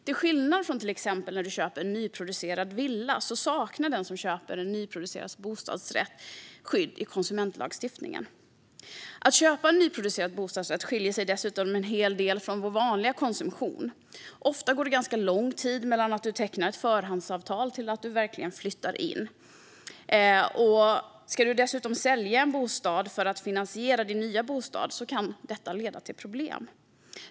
Till skillnad från när du till exempel köper en nyproducerad villa saknar den som köper en nyproducerad bostadsrätt skydd i konsumentskyddslagstiftningen. Att köpa en nyproducerad bostadsrätt skiljer sig dessutom en hel del från vår vanliga konsumtion. Ofta går det ganska lång tid från det att du tecknar ett förhandsavtal till att du verkligen flyttar in. Ska du dessutom sälja en bostad för att finansiera din nya bostad kan detta leda till problem.